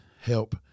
help